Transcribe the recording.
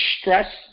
stress